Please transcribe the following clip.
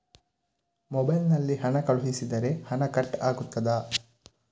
Mobile ನಲ್ಲಿ ಹಣ ಕಳುಹಿಸಿದರೆ ಹಣ ಕಟ್ ಆಗುತ್ತದಾ?